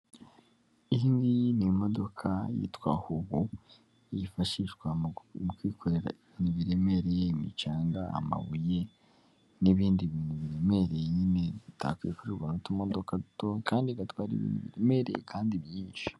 Iyi ngiyi ni imodoka yitwa howo yifashishwa mu kwikorera ibintu biremereye; imicanga, amabuye, n'ibindi bintu biremereye nyine bitakwikorerwa n'ubutumodoka duto, kandi igatwara ibintu biremere kandi byinshi.